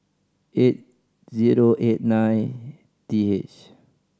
eight zero eight nine T H